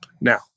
Now